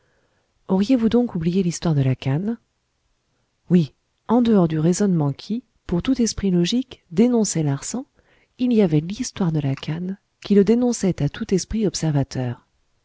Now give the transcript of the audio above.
auriez-vous donc oublié l'histoire de la canne oui en dehors du raisonnement qui pour tout esprit logique dénonçait larsan il y avait l histoire de la canne qui le dénonçait à tout esprit observateur